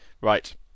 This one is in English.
Right